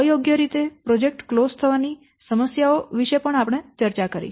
અયોગ્ય રીતે project close થવાની સમસ્યાઓ વિશે પણ આપણે ચર્ચા કરી